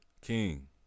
King